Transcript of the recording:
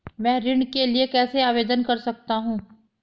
मैं ऋण के लिए कैसे आवेदन कर सकता हूं?